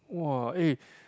[wah] eh